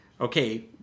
okay